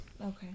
Okay